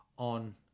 on